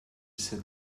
said